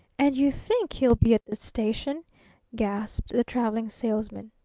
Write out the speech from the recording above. and you think he'll be at the station gasped the traveling salesman.